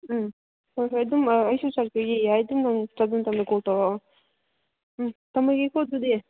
ꯎꯝ ꯍꯣꯏ ꯍꯣꯏ ꯑꯗꯨꯝ ꯑꯩꯁꯨ ꯆꯠꯄꯗꯤ ꯌꯥꯏ ꯑꯗꯨꯝ ꯅꯪ ꯆꯠꯄ ꯃꯇꯝꯗ ꯀꯣꯜ ꯇꯧꯔꯛꯑꯣ ꯎꯝ ꯊꯝꯃꯒꯦꯀꯣ ꯑꯗꯨꯗꯤ